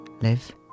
Live